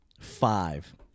Five